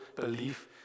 belief